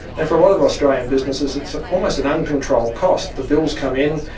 and for a lot of australian businesses, it's ah almost an uncontrolled cost the bills come in,